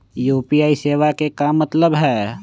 UPI सेवा के का मतलब है?